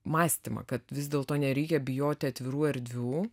mąstymą kad vis dėlto nereikia bijoti atvirų erdvių